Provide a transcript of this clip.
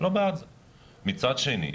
מצד שני,